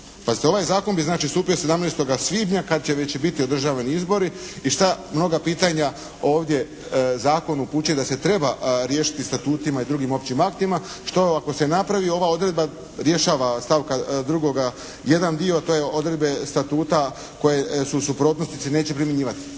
ovaj zakon bi znači stupio 17. svibnja kad će već biti održavani izbori i šta, mnoga pitanja ovdje zakon upućuje da se treba riješiti statutima i drugim općim aktima, što ako se napravi ova odredba rješava stavka 2. jedan dio, to je odredbe statuta koje su, u suprotnosti se neće primjenjivati.